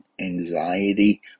anxiety